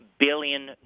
billion